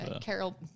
Carol